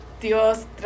Dios